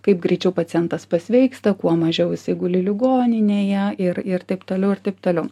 kaip greičiau pacientas pasveiksta kuo mažiau jisai guli ligoninėje ir ir taip toliau ir taip toliau